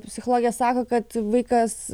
psichologė sako kad vaikas